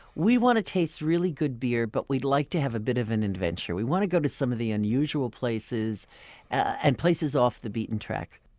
we want to taste really good beer, but we'd like to have a bit of an adventure. we want to go to some of the unusual places and places off the beaten track.